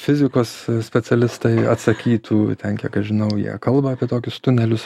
fizikos specialistai atsakytų ten kiek aš žinau jie kalba apie tokius tunelius